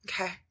okay